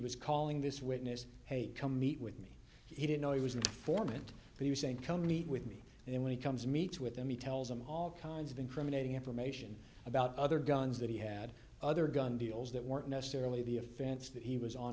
was calling this witness hey come meet with me he didn't know he was an informant he was saying come meet with me and then when he comes meets with them he tells them all kinds of incriminating information about other guns that he had other gun deals that weren't necessarily the offense that he was on